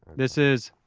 this is,